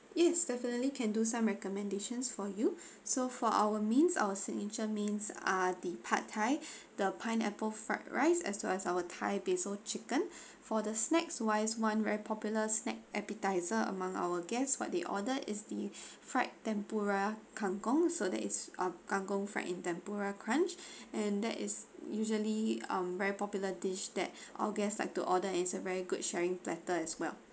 yes definitely can do some recommendations for you so for our main our signature main uh are the pad thai the pineapple fried rice as well as our thai basil chicken for the snacks wise [one] very popular snack appetizer among our guests what they order is the fried tempura kangkong so that is uh kangkong fried in tempura crunch and that is usually um very popular dish that our guest like to order is a very good sharing platter as well